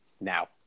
now